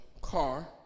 car